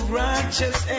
righteous